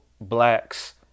blacks